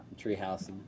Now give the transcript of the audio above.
treehouse